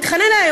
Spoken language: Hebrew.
הוא מתחנן אלי,